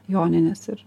joninės ir